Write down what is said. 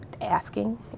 asking